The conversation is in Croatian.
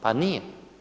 Pa nije.